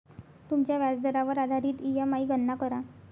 तुमच्या व्याजदरावर आधारित ई.एम.आई गणना करा